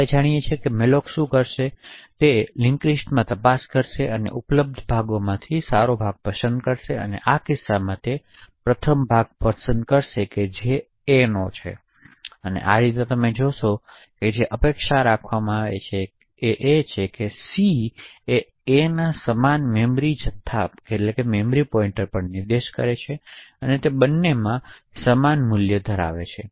હવે આપણે જાણીએ છીએ કે મેલોક શું કરશે તે તે છે કે તે લિન્ક લિસ્ટમાં તપાસ કરશે અને તે ઉપલબ્ધ ભાગોને પસંદ કરશે તેથી આ કિસ્સામાં તે ખરેખર પ્રથમ ભાગ પસંદ કરશે જે aનો છે અને આ રીતે તમે શું જોશો અને જેની અપેક્ષા રાખવામાં આવે છે તે એ છે કે સી એ aના સમાન મેમરી જથ્થા પર નિર્દેશ કરે છે તેથી તે બંને તેમનામાં સમાન મૂલ્ય ધરાવે છે